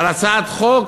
בהצעת חוק